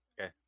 Okay